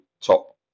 top